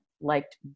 liked